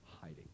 Hiding